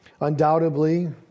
Undoubtedly